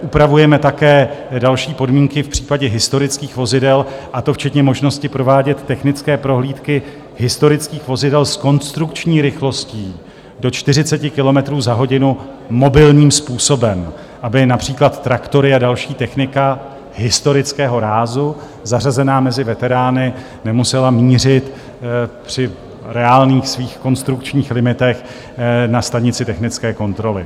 Upravujeme také další podmínky v případě historických vozidel, a to včetně možnosti provádět technické prohlídky historických vozidel s konstrukční rychlostí do 40 kilometrů za hodinu mobilním způsobem, aby například traktory a další technika historického rázu zařazená mezi veterány nemusela mířit při svých reálných konstrukčních limitech na stanici technické kontroly.